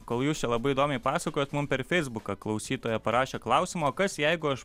kol jūs čia labai įdomiai pasakojot mum per feisbuką klausytoja parašė klausimą o kas jeigu aš